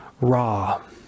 raw